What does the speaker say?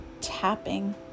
tapping